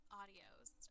audios